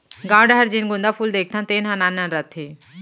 गॉंव डहर जेन गोंदा फूल देखथन तेन ह नान नान रथे